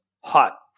hot